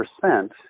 percent